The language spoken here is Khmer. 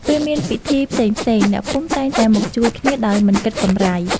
ពេលមានពិធីផ្សេងៗ អ្នកភូមិតែងតែមកជួយគ្នាដោយមិនគិតកម្រៃ។